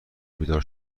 بیدار